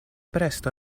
presto